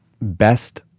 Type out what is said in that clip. best